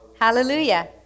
Hallelujah